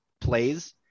plays